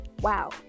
wow